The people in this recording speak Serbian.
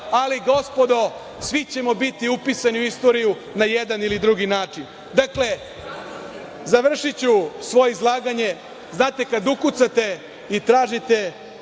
vlast. Gospodo, svi ćemo biti upisani u istoriju na jedan ili drugi način. Dakle, završiću svoje izlaganje, znate kada ukucate i tražite